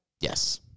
Yes